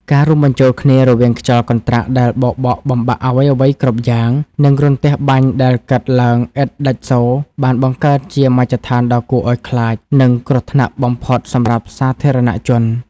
ការរួមបញ្ចូលគ្នារវាងខ្យល់កន្ត្រាក់ដែលបោកបក់បំបាក់អ្វីៗគ្រប់យ៉ាង និងរន្ទះបាញ់ដែលកើតឡើងឥតដាច់សូរ បានបង្កើតជាមជ្ឈដ្ឋានដ៏គួរឱ្យខ្លាច និងគ្រោះថ្នាក់បំផុតសម្រាប់សាធារណជន។